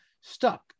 Stuck